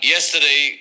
Yesterday